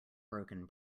broken